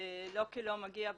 ולא כי לא מגיע,